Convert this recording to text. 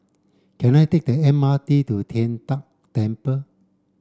can I take the M R T to Tian De Temple